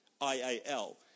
I-A-L